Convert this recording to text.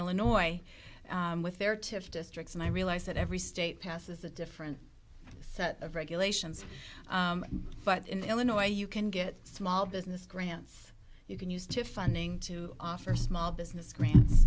illinois with their tip districts and i realize that every state passes a different set of regulations but in illinois you can get small business grants you can use to funding to offer small business grants